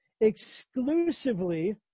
exclusively